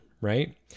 right